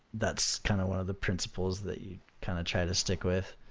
that's kind of one of the principles that you kind of try to stick with.